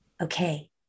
okay